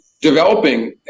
developing